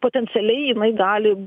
potencialiai jinai gali